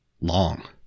long